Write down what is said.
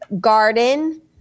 garden